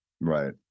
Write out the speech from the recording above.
Right